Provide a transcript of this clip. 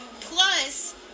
Plus